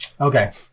Okay